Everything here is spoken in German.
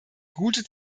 gute